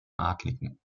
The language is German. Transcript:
adligen